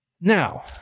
Now